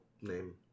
name